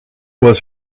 was